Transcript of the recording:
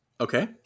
Okay